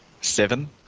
seven